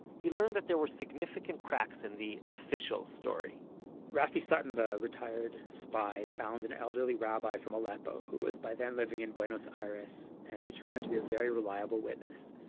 he learned that there were significant cracks in the official story raffi sutton, the retired spy, found an elderly rabbi from aleppo who was by then living in buenos aires, and he turned out to be a very reliable witness.